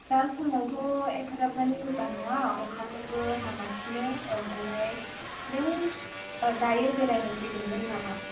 दा समावथ' एफाग्राब मानि मोजां नङा अखाफोरबो हागासिनो ओमफ्रायहाय नों दायो बेरायनो फैगौमोन नामा